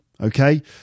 Okay